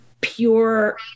pure